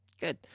Good